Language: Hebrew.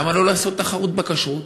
למה לא לעשות תחרות בכשרות?